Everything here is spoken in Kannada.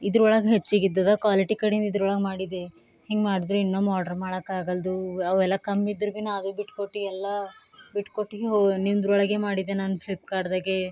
ಇದ್ರೊಳಗೆ ಹೆಚ್ಚಿಗೆ ಇದ್ದದ್ದು ಕ್ವಾಲಿಟಿ ಕಡಿಂದು ಇದ್ರೊಳಗೆ ಮಾಡಿದೆ ಹಿಂಗೆ ಮಾಡ್ದ್ರೆ ಇನ್ನೊಮ್ಮೆ ಆರ್ಡ್ರ್ ಮಾಡಕ್ ಆಗಲ್ದು ಅವೆಲ್ಲ ಕಮ್ಮಿದ್ರ ಭೀನ ಅದು ಬಿಟ್ಕೊಟ್ಟು ಅಲ್ಲ ಬಿಟ್ಕೊಟ್ಟಿಕಿ ಹೋ ನಿಮ್ಮದ್ರೊಳಗೆ ಮಾಡಿದೆ ನಾನು ಫ್ಲಿಪ್ಕಾರ್ಟ್ದಾಗೆ